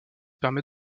permet